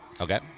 Okay